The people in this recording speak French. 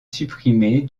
supprimés